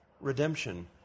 redemption